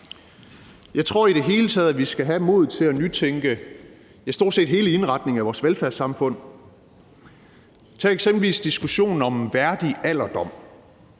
Jeg tror i det hele taget, vi skal have modet til at nytænke stort set hele indretningen af vores velfærdssamfund. Tag eksempelvis diskussionen om værdig alderdom.